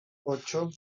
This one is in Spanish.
ocho